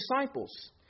disciples